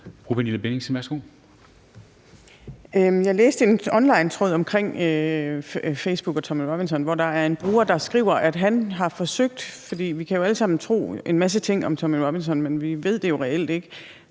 Jeg læste en onlinetråd om Facebook og Tommy Robinson, hvor der er en bruger, der skriver, at han har forsøgt – vi kan jo alle sammen tro en masse ting om Tommy Robinson, men vi ved det jo reelt ikke